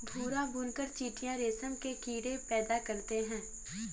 भूरा बुनकर चीटियां रेशम के कीड़े रेशम पैदा करते हैं